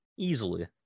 Easily